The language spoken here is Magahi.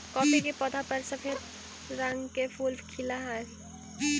कॉफी के पौधा पर सफेद रंग के फूल खिलऽ हई